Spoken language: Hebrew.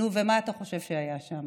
נו, ומה אתה חושב שהיה שם,